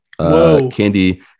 candy